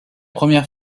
première